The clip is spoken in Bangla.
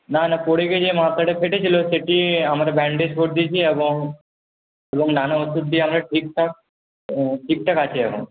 না না পড়ে গেছিলো মাথাটা ফেটে ছিল সেটি আমরা ব্যান্ডেজ করে দিয়েছি এবং এবং নানা ওষুধ দিয়ে আমরা ঠিকঠাক ঠিকঠাক আছে এখন